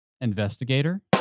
Investigator